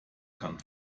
kann